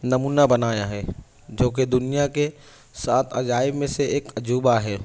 نمونہ بنایا ہے جو کہ دنیا کے سات عجائب میں سے ایک عجوبہ ہے